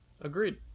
agreed